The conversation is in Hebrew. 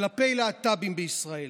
כלפי להט"בים בישראל.